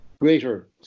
greater